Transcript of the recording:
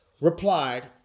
replied